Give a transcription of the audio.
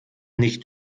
nicht